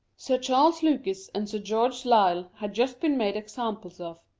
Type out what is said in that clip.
sir charles lucas and sir george lisle had just been made examples of,